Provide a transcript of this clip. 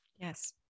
yes